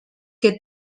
que